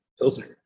pilsner